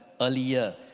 earlier